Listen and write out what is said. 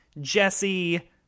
Jesse